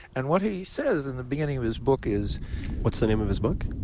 and what he says in the beginning of his book is what's the name of his book?